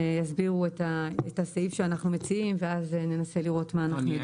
יסבירו את הסעיף שאנחנו מציעים ואז ננסה לראות מה אנחנו יודעים לעשות.